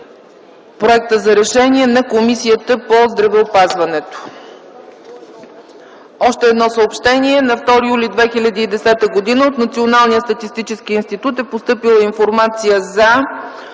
е разпределен на Комисията по здравеопазването. Още едно съобщение: На 2 юли 2010 г. от Националния статистически институт е постъпила информация за: